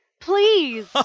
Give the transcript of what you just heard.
Please